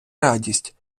радість